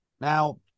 Now